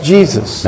Jesus